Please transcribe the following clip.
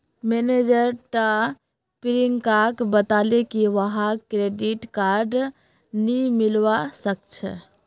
manager टा प्रियंकाक बताले की वहाक क्रेडिट कार्ड नी मिलवा सखछे